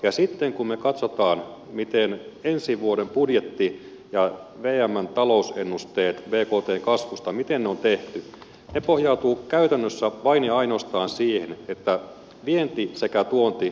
ja sitten kun me katsomme miten ensi vuoden budjetti ja vmn talousennusteet bktn kasvusta on tehty ne pohjautuvat käytännössä vain ja ainoastaan siihen että vienti sekä tuonti kasvavat